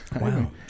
Wow